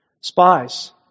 Spies